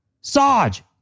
Sarge